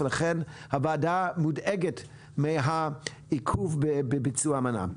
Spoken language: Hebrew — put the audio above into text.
לכן, הוועדה מודאגת מהעיכוב בביצוע האמנה.